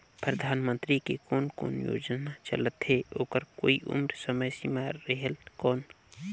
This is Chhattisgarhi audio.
परधानमंतरी के कोन कोन योजना चलत हे ओकर कोई उम्र समय सीमा रेहेल कौन?